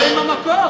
הוא משיב לך עכשיו.